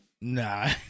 Nah